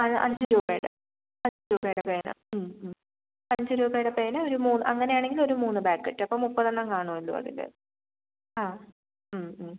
അത് അഞ്ച് രൂപയുടെ അഞ്ച് രൂപയുടെ പേന അഞ്ച് രൂപയുടെ പേന ഒരു മൂന്ന് അങ്ങനെ ആണെങ്കിൽ ഒരു മൂന്ന് പാക്കറ്റ് അപ്പോൾ മുപ്പതെണ്ണം കാണുമല്ലോ അതിൽ ആ